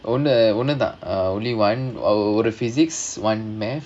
ஒன்னு ஒண்ணுதான்:onnu onnuthan only one ஒரு:oru physics one mathematics